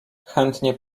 chętnie